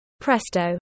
Presto